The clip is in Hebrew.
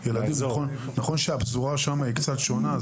נכון שהפזורה שם היא קצת שונה,